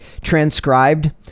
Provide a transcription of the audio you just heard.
transcribed